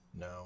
no